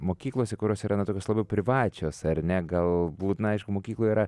mokyklose kurios yra na tokios labiau privačios ar ne galbūt na aišku mokyklų yra